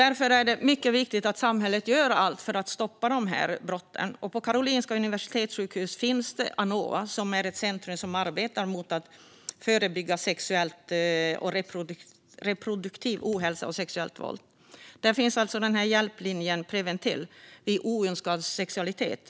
Det är därför mycket viktigt att samhället gör allt för att stoppa dessa brott. På Karolinska universitetssjukhuset finns Anova, som är ett centrum som arbetar med att förebygga sexuell och reproduktiv ohälsa och sexuellt våld. Där finns Preventell - hjälplinjen vid oönskad sexualitet.